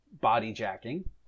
body-jacking